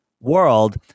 world